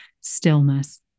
stillness